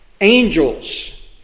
angels